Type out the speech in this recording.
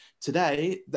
Today